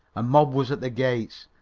a mob was at the gates!